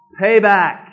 payback